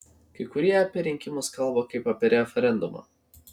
kai kurie apie rinkimus kalba kaip apie referendumą